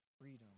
freedom